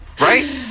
Right